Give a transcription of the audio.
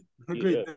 agreed